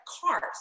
cars